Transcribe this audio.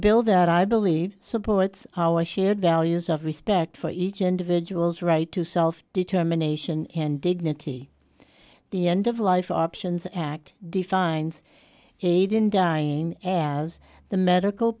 bill that i believe supports our shared values of respect for each individual's right to self determination and dignity the end of life options act defines he didn't dying as the medical